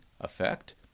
Effect